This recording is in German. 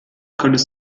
könntest